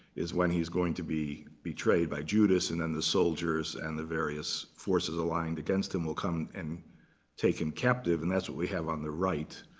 is when he's going to be betrayed by judas. and then the soldiers and the various forces aligned against him, will come and take him captive. and that's what we have on the right.